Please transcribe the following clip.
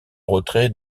retrait